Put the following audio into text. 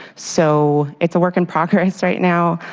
so it's a work in progress right now,